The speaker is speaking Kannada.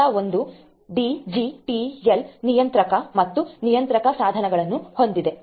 ಹಂತ 1 ಡಿಜಿಟಲ್ ನಿಯಂತ್ರಕ ಮತ್ತು ನಿಯಂತ್ರಕ ಸಾಧನಗಳನ್ನು ಹೊಂದಿದೆ